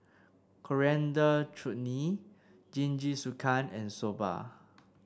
Coriander Chutney Jingisukan and Soba